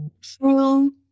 true